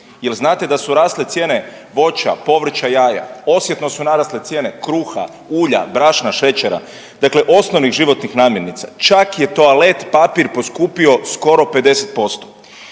Je l' znate da su rasle cijene voća, povrća, jaja? Osjetno su narasle cijene kruha, ulja, brašna, šećera, dakle osnovnih životnih namirnica. Čak je toalet papir poskupio skoro 50%.